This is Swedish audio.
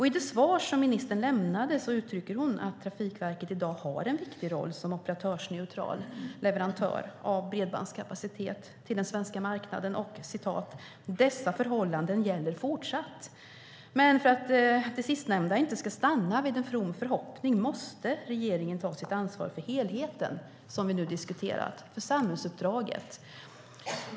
I det svar som ministern lämnat uttrycker hon att Trafikverket i dag har en viktig roll som operatörsneutral leverantör av bredbandskapacitet till den svenska marknaden och att "dessa förhållanden gäller fortsatt". Men för att det sistnämnda inte ska stanna vid en from förhoppning måste regeringen ta sitt ansvar för helheten som vi nu diskuterat, för samhällsuppdraget.